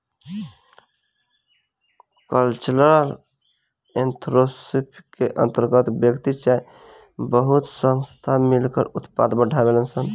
cultural entrepreneurship के अंतर्गत व्यक्ति चाहे बहुत सब संस्थान मिलकर उत्पाद बढ़ावेलन सन